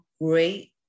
Great